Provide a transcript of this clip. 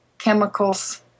chemicals